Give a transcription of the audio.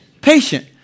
Patient